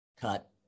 Cut